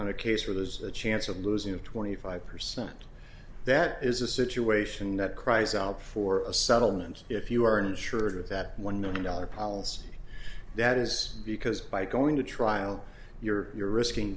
on a case where there's a chance of losing twenty five percent that is a situation that cries out for a settlement if you aren't sure of that one million dollar policy that is because by going to trial you're you're risking